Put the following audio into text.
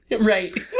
Right